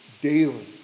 daily